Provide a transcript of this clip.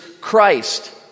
Christ